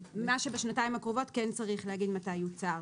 משהו בשנתיים הקרובות כן צריך להגיד מתי יוצר.